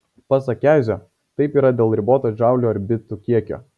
pasak kezio taip yra dėl riboto džaulių ar bitų kiekio